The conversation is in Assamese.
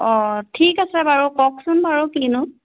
অঁ ঠিক আছে বাৰু কওকচোন বাৰু কিনো